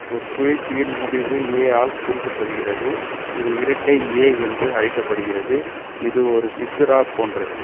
ஒரு சுழற்சியின் முடிவு ஏ ஆல் குறிக்கப்படுகிறது இது இரட்டை ஏ என்று அழைக்கப்படுகிறது இது ஒரு சிசுரா போன்றது